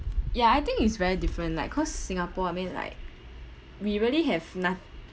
ya I think it's very different like cause singapore I mean like we really have nothing